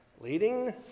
leading